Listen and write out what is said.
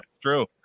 True